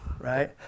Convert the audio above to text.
right